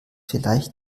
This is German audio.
vielleicht